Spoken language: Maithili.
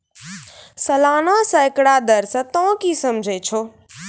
सलाना सैकड़ा दर से तोंय की समझै छौं